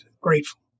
grateful